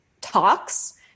talks